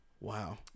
Wow